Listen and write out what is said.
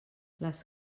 les